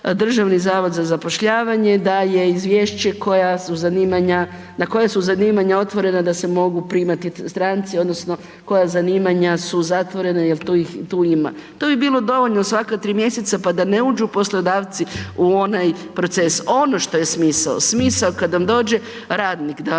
daje izvješće koja su zanimanja, na koja su zanimanja otvorena da se mogu primati stranci, odnosno koja zanimanja su zatvorena jer tu ih ima. To bi bilo dovoljno svaka tri mjeseca pa da ne uđu poslodavci u onaj proces. Ono što je smisao, smisao kad vam dođe radnik da